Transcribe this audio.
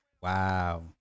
Wow